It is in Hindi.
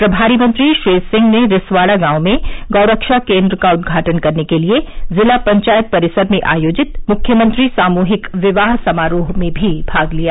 प्रभारी मंत्री श्री सिंह ने रिसवाड़ा गांव में गौरक्षा केन्द्र का उद्घाटन करने के लिये जिला पंचायत परिसर में आयोजित मुख्यमंत्री सामूहिक विवाह समारोह में भी भाग लिया